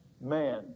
man